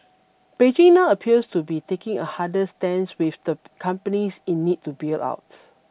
Beijing now appears to be taking a harder stance with the companies in need to bail out